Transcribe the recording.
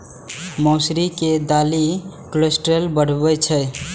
मौसरी के दालि कोलेस्ट्रॉल घटाबै छै